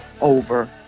over